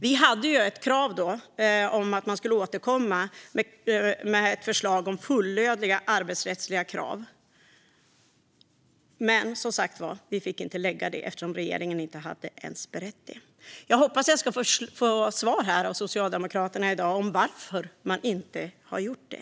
Vi hade ett krav om att man skulle återkomma med ett förslag om fullödiga arbetsrättsliga krav, men det fick vi som sagt inte ställa eftersom regeringen inte ens hade berett frågan. Jag hoppas att jag ska få svar här från Socialdemokraterna i dag om varför man inte har gjort det.